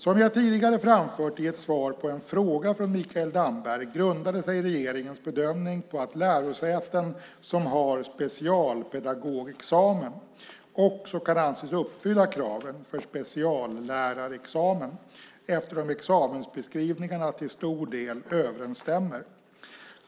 Som jag tidigare framfört i ett svar på en fråga från Mikael Damberg grundade sig regeringens bedömning på att lärosäten som har specialpedagogexamen också kan anses uppfylla kraven för speciallärarexamen eftersom examensbeskrivningarna till stor del överensstämmer.